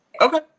Okay